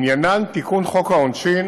שעניינן תיקון חוק העונשין